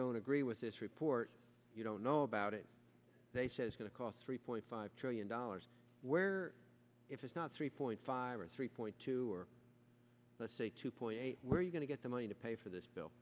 don't agree with this report you don't know about it they say is going to cost three point five trillion dollars where if it's not three point five or three point two let's say two point eight where you going to get the money to pay for this bill